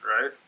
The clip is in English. right